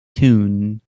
tune